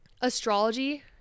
Astrology